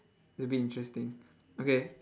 that'll be interesting okay